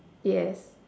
yes